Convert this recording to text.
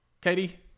Katie